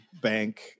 Bank